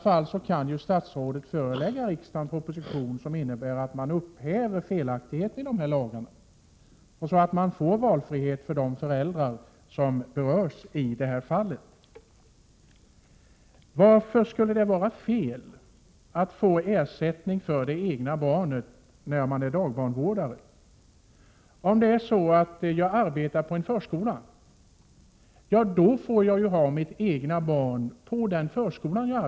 Om inte, kan ju statsrådet förelägga riksdagen en proposition som innebär att man upphäver felaktigheten i dessa lagar, så att man får valfrihet för de föräldrar som berörs i det här fallet. Varför skulle det vara fel att få ersättning för det egna barnet när man är dagbarnvårdare? Om jag arbetar på en förskola, då får jag ju ha mina egna barn på den skolan.